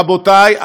רבותי,